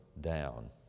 down